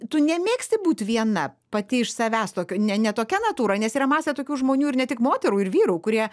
tu nemėgsti būt viena pati iš savęs tokio ne ne tokia natūra nes yra masė tokių žmonių ir ne tik moterų ir vyrų kurie